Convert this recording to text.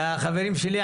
החברים שלי,